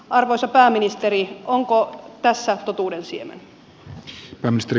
arvoisa pääministeri onko tässä totuuden siemen